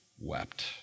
wept